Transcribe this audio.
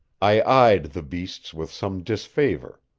i eyed the beasts with some disfavor.